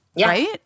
right